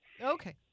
Okay